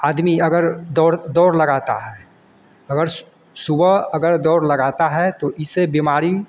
आदमी अगर दौड़ दौड़ लगाता है अगर सु सुबह अगर दौड़ लगाता है तो इससे बिमारी